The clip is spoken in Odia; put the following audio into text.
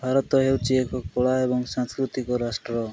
ଭାରତ ହେଉଛି ଏକ କଳା ଏବଂ ସାଂସ୍କୃତିକ ରାଷ୍ଟ୍ର